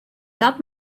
dat